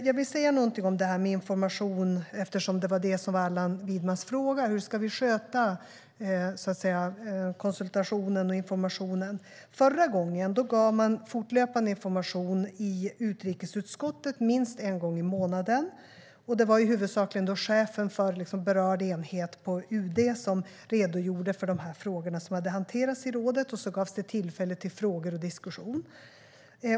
Jag vill säga något när det gäller information, eftersom Allan Widmans fråga gällde hur vi i så fall ska sköta konsultationen och informationen. Förra gången gav man fortlöpande information i utrikesutskottet minst en gång i månaden. Det var huvudsakligen chefen för berörd enhet på UD som redogjorde för de frågor som hanterats i rådet, och det gavs tillfälle till frågor och diskussion.